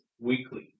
weekly